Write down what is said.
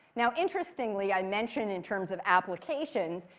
now interestingly, i mentioned in terms of applications,